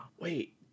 Wait